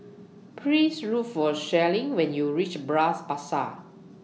Please Look For Sherlyn when YOU REACH Bras Basah